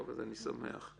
אני שמח.